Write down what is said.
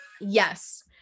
Yes